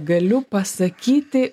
galiu pasakyti